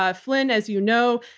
ah flynn, as you know,